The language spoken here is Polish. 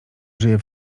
żyje